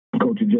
coach